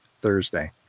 thursday